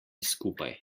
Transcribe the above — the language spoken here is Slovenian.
skupaj